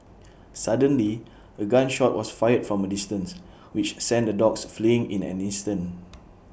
suddenly A gun shot was fired from A distance which sent the dogs fleeing in an instant